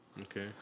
Okay